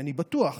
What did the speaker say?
אני בטוח